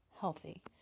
healthy